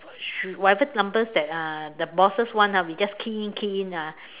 should whatever numbers that uh the bosses want ah we just key in key in ah